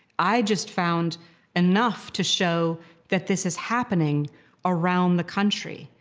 i just found enough to show that this is happening around the country.